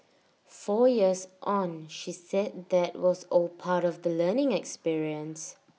four years on she said that was all part of the learning experience